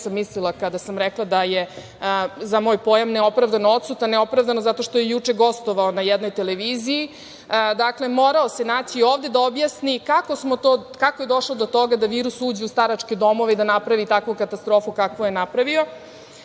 sam mislila kada sam rekla da je, za moj pojam, neopravdano odsutan. Neopravdano, zato što je juče gostovao na jednoj televiziji. Dakle, morao se naći ovde da objasni kako je došlo do toga da virus uđe u staračke domove i da napravu takvu katastrofu kakvu je napravio.